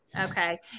Okay